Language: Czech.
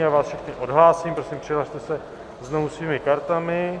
Já vás všechny odhlásím, prosím přihlaste se znovu svými kartami.